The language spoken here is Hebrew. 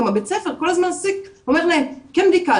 גם בית הספר אומר להם כן בדיקה,